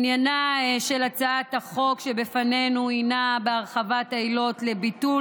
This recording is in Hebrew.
עניינה של הצעת החוק שבפנינו הינו בהרחבת העילות לביטול